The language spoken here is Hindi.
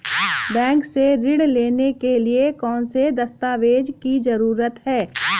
बैंक से ऋण लेने के लिए कौन से दस्तावेज की जरूरत है?